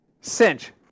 Cinch